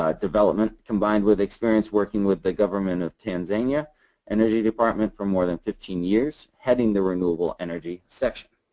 ah development combined with experience working with the government of tanzania energy department for more than fifteen years, heading the renewable energy section.